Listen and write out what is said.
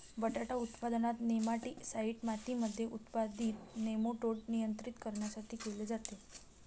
बटाटा उत्पादनात, नेमाटीसाईड मातीमध्ये उत्पादित नेमाटोड नियंत्रित करण्यासाठी केले जाते